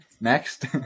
Next